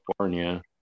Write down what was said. California